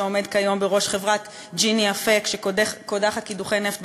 שעומד כיום בראש חברת "ג'יני" שקודחת קידוחי נפט,